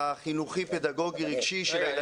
החינוכי פדגוגי רגשי.